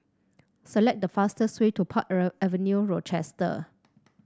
select the fastest way to Park Avenue Rochester